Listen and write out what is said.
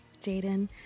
Jaden